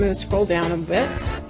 and scroll down a bit.